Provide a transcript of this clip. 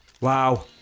Wow